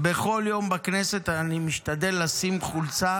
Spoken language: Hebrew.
בכל יום בכנסת אני משתדל לשים חולצה